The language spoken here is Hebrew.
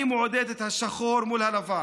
אני מעודד את השחור מול הלבן,